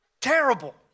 Terrible